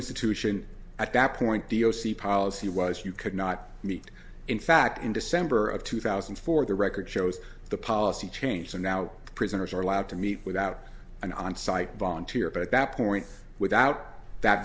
institution at that point the o c policy wise you could not meet in fact in december of two thousand and four the record shows the policy changed so now prisoners are allowed to meet without an onsite volunteer but at that point without that